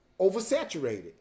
oversaturated